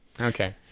okay